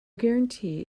guarantee